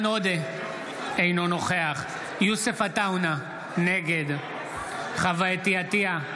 אינו נוכח יוסף עטאונה, נגד חוה אתי עטייה,